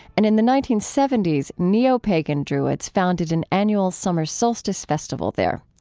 and in the nineteen seventy s, neopagan druids founded an annual summer solstice festival there.